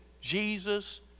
Jesus